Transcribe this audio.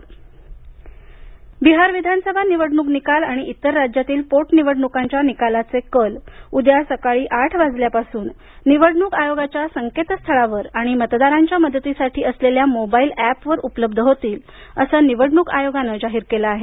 बिहार निवडणक आयोग बिहार विधानसभा निवडणूक निकाल आणि इतर राज्यांतील पोट निवडणूकांच्या निकालाचे कल उद्या सकाळी आठ वाजल्यापासून निवडणूक आयोगाच्या संकेतस्थळावर आणि मतदारांच्या मदतीसाठी असलेल्या मोबाईल एपवर उपलब्ध होतील असं निवडणूक आयोगानं जाहीर केलं आहे